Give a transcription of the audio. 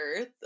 earth